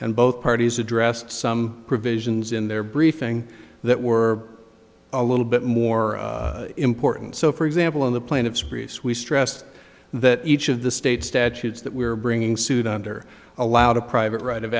and both parties addressed some provisions in their briefing that were a little bit more important so for example in the plaintiff's briefs we stressed that each of the state statutes that we're bringing suit under allowed a private right of